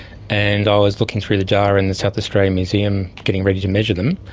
and i was looking through the jar in the south australian museum, getting ready to measure them,